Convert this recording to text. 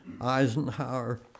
Eisenhower